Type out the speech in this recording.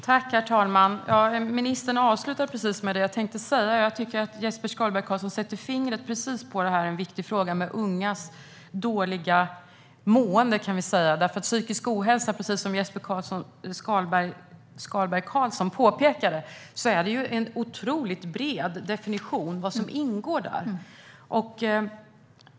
Herr talman! Ministern avslutade med det som jag tänkte säga. Jesper Skalberg Karlsson sätter fingret på den viktiga frågan om ungas dåliga mående. Precis som Jesper Skalberg Karlsson påpekade är definitionen av vad som ingår i psykisk ohälsa otroligt bred.